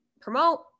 promote